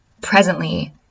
presently